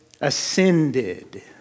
ascended